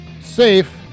safe